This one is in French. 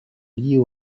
liées